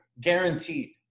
Guaranteed